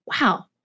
wow